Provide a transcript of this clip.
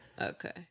Okay